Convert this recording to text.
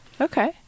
Okay